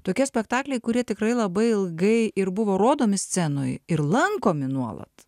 tokie spektakliai kurie tikrai labai ilgai ir buvo rodomi scenoj ir lankomi nuolat